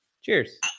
Cheers